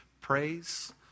praise